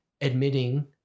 admitting